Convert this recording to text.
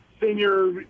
senior